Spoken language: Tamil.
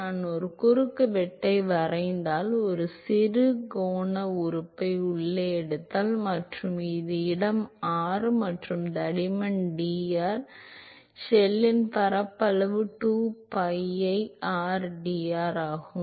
நான் ஒரு குறுக்குவெட்டை வரைந்தால் ஒரு சிறிய கோண உறுப்பை உள்ளே எடுத்தால் மற்றும் இது இடம் r மற்றும் இந்த தடிமன் dr என்றால் ஷெல்லின் பரப்பளவு 2 pi rdr ஆகும்